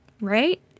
right